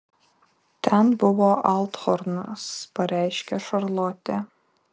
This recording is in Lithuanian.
ten buvo althornas pareiškė šarlotė